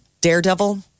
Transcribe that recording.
Daredevil